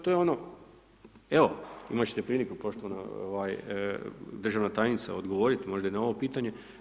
To je ono, evo imat ćete priliku poštovana ovaj državna tajnice odgovorit možda i na ovo pitanje.